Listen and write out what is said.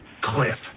cliff